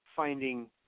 finding